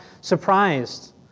surprised